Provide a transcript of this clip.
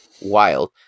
wild